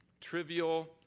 trivial